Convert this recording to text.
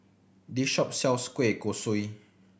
this shop sells kueh kosui